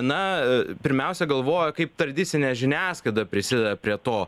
na pirmiausia galvojo kaip tradicinė žiniasklaida prisideda prie to